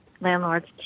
landlords